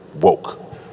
woke